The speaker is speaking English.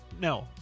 No